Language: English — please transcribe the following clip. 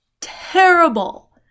terrible